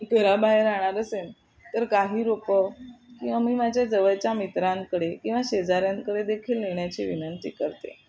घराबाहेर राहणार असेन तर काही रोपं किंवा मी माझ्या जवळच्या मित्रांकडे किंवा शेजाऱ्यांकडे देखील नेण्याची विनंती करते